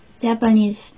Japanese